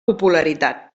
popularitat